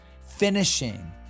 finishing